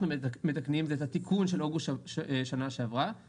כדי לדבר קצת על מערכת המחשוב לניהול הספקטרום האלחוטי שמשפיע על